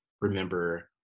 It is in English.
remember